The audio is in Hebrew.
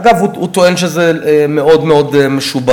אגב, הוא טוען שהוא מאוד מאוד משובח.